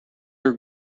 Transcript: are